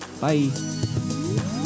Bye